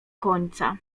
końca